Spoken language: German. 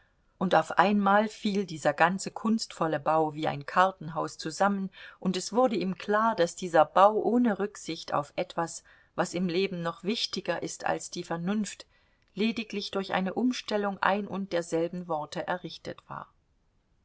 und auf einmal fiel dieser ganze kunstvolle bau wie ein kartenhaus zusammen und es wurde ihm klar daß dieser bau ohne rücksicht auf etwas was im leben noch wichtiger ist als die vernunft lediglich durch eine umstellung ein und derselben worte errichtet war